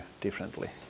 differently